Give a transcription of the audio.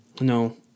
No